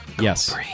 Yes